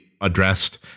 addressed